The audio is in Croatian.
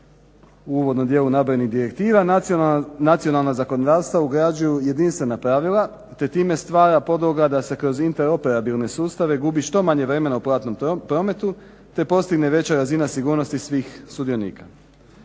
u uvodnom dijelu navedenih direktiva nacionalna zakonodavstva ugrađuju jedinstvena pravila te time stvara podloga da se kroz interoperabilne sustave gubi što manje vremena u platnom prometu te postigne veća razina sigurnosti svih sudionika.